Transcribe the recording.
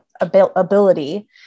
ability